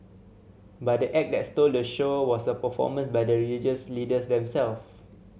but the act that stole the show was a performance by the religious leaders them self